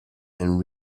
and